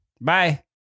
Bye